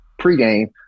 pregame